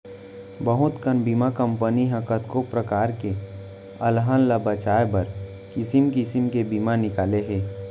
बहुत कन बीमा कंपनी ह कतको परकार के अलहन ल बचाए बर किसिम किसिम के बीमा निकाले हे